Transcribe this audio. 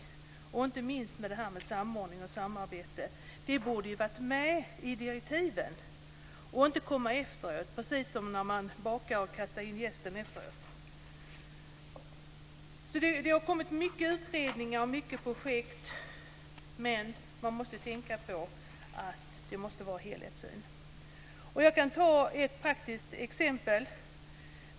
Det gäller inte minst detta med samordning och samarbete. Det borde ha funnits med i direktiven och inte komma efteråt, precis som när man kastar in jästen efter degen. Det har gjorts många utredningar och startats många projekt, men man måste tänka på helhetssynen. Jag ska nämna ett praktiskt exempel.